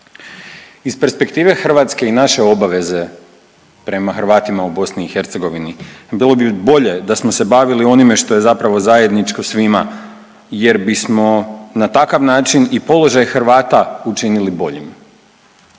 Iz perspektive Hrvatske i naše obaveze prema Hrvatima u BiH bilo bi bolje da smo se bavili onime što je zapravo zajedničko svima jer bismo na takav način i položaj Hrvata učinili boljim.